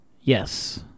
Yes